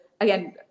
again